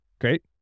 Great